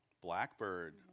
Blackbird